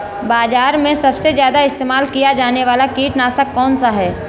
बाज़ार में सबसे ज़्यादा इस्तेमाल किया जाने वाला कीटनाशक कौनसा है?